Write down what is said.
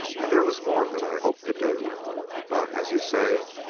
and there was more that i hoped to do but, as you say,